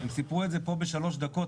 הם סיפרו את זה פה בשלוש דקות,